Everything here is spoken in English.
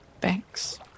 banks